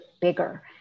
bigger